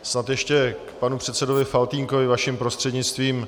Snad ještě k panu předsedovi Faltýnkovi vaším prostřednictvím.